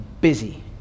busy